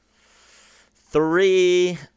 Three